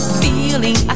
feeling